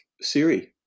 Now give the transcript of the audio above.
Siri